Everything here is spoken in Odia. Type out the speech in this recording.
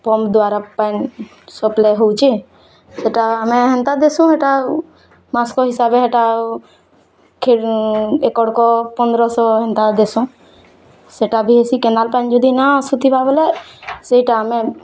ପମ୍ପ୍ ଦ୍ୱାରା ପାନି ସପ୍ଲାଏ ହଉଚି ସେଟା ଆମେ ହେନ୍ତା ଦେସୁ ହେଇଟା ମାସକ ହିସାବେ ହେଇଟା ଆଉଏକଡ଼କ ପନ୍ଦର ଶହ ହେନ୍ତା ଦେସୁଁ ସେଟା ବି ସେ କେନାଲ୍ ପାନି ଯଦି ନ ଆସୁଥିବା ବୋଲେ ସେଇଟା ଆମେ